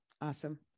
Awesome